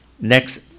Next